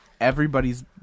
everybody's